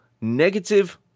negative